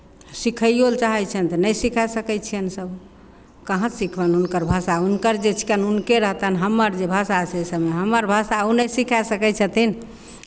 सिखैओ लए चाहै छियनि तऽ नहि सिखाए सकै छियनि सभ कहाँसँ सिखबनि हुनकर भाषा हुनकर जे छिकैन हुनके रहतनि हमर जे भाषा छै से हमर भाषा ओ नहि सिखाए सकै छथिन